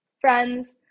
friends